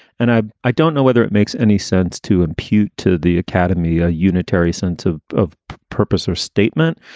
and i i don't know whether it makes any sense to impute to the academy a unitary sense of of purpose or statement.